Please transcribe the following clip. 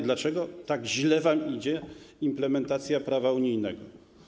Dlaczego tak źle wam idzie implementacja prawa unijnego?